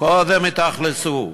קודם התאכלסו,